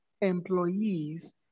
employees